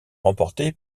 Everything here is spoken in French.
remportée